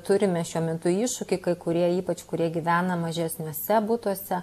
turime šiuo metu iššūkį kai kurie ypač kurie gyvena mažesniuose butuose